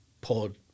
pod